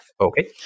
Okay